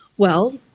well,